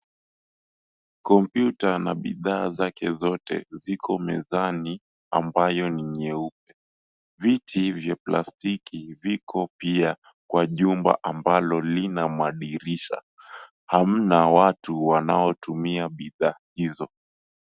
Kompyuta na bidhaa zake zote ziko mezani ambayo ni nyeupe. Viti vya plastiki viko pia kwa jumba ambalo lina madirisha, hamna watu wanaotumia bidhaa hizo.